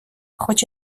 хоч